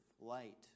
light